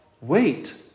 wait